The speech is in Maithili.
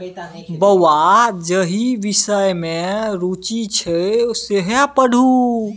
बौंआ जाहि विषम मे रुचि यै सैह पढ़ु